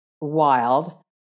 wild